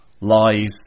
lies